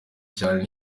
cyane